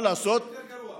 מה לעשות, יותר גרוע.